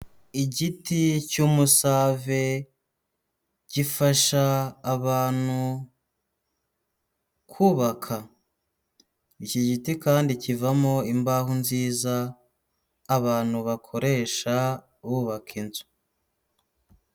Igiti cy'umusave gifasha abantu kubaka, iki giti kandi kivamo imbaho nziza abantu bakoresha bubaka inzu.